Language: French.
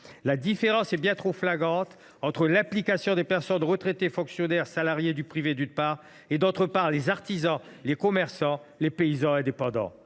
La différence est bien trop flagrante entre l’implication des personnes retraitées, des fonctionnaires et des salariés du privé, d’une part, et celle des artisans, des commerçants et des paysans indépendants,